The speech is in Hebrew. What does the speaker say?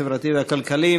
החברתי והכלכלי.